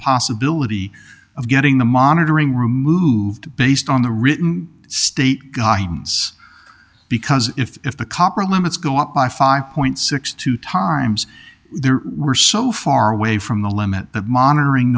possibility of getting the monitoring removed based on the written state guidelines because if the copper limits go up by five point six two times there were so far away from the limit that monitoring